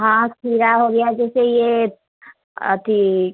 हाँ खीरा हो गया जैसे ये अथी